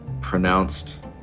pronounced